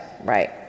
right